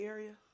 Area